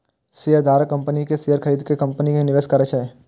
शेयरधारक कंपनी के शेयर खरीद के कंपनी मे निवेश करै छै